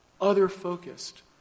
other-focused